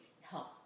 help